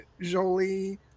Jolie